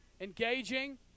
engaging